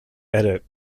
edit